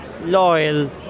loyal